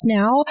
now